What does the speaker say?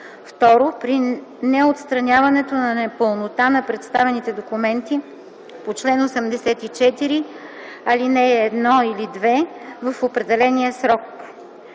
ІІ; 2. при неотстраняването на непълнота на представените документи по чл. 84, ал. 1 или 2 в определения срок.”